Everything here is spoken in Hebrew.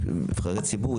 נבחרי ציבור.